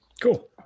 Cool